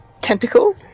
tentacle